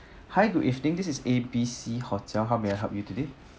hi good evening this is A B C hotel how may I help you today